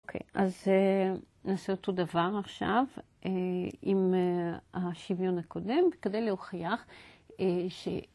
אוקיי, אז נעשה אותו דבר עכשיו עם השוויון הקודם כדי להוכיח ש...